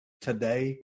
today